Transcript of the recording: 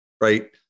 Right